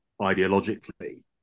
ideologically